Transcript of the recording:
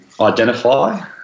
identify